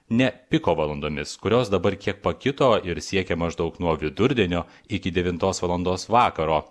ne piko valandomis kurios dabar kiek pakito ir siekia maždaug nuo vidurdienio iki devintos valandos vakaro